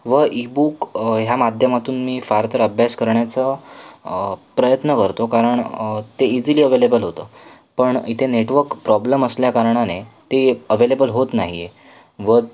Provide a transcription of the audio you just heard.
व ईबुक ह्या माध्यमातून मी फार तर अभ्यास करण्याचं प्रयत्न करतो कारण ते इझिली अवेलेबल होतं पण इथे नेटवक प्रॉब्लम असल्याकारणाने ते अवेलेबल होत नाही आहे व